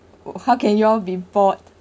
how can you all be bored